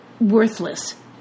worthless